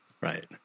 Right